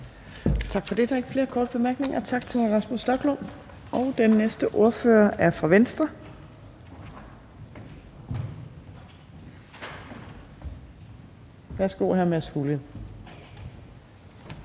Tak for det. Der er ikke flere korte bemærkninger, så tak til hr. Rasmus Stoklund. Den næste ordfører er fra Venstre. Værsgo til hr. Mads Fuglede.